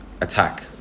attack